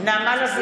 (קוראת בשמות חברי הכנסת) נעמה לזמי,